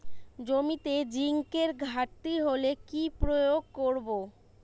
জমিতে জিঙ্কের ঘাটতি হলে কি প্রয়োগ করব?